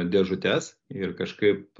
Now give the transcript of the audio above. dėžutes ir kažkaip